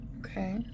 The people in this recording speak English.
Okay